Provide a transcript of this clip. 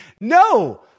no